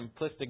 simplistic